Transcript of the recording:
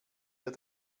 der